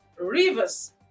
Rivers